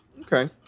Okay